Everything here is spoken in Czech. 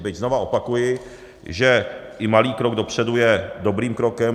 Byť, znovu opakuji, že i malý krok dopředu je dobrým krokem.